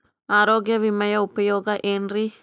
ಆರೋಗ್ಯ ವಿಮೆಯ ಉಪಯೋಗ ಏನ್ರೀ?